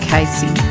Casey